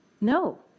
no